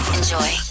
Enjoy